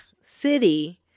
City